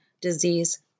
disease